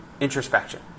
introspection